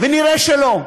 ונראה שלא.